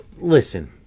listen